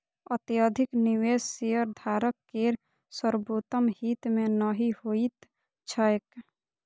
अत्यधिक निवेश शेयरधारक केर सर्वोत्तम हित मे नहि होइत छैक